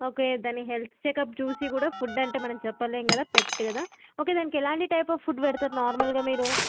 okay దాన్ని health checkup చూసి కూడా ఫుడ్ అంటే మనం చెప్పలేము కదా పెట్ కదా ఓకే దానికి ఎలాంటి టైప్ ఆఫ్ ఫుడ్ పెడతారు నార్మల్గా మీరు